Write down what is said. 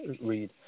read